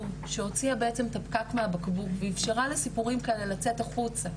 שהוציאה בעצם את הפקק מהבקבוק ואפשרה לסיפורים כאלה לצאת החוצה,